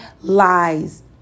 lies